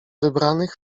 wybranych